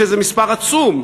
שזה מספר עצום,